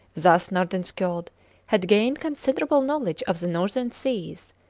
thus nordenskiold had gained considerable knowledge of the northern seas,